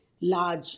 large